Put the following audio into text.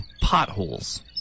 potholes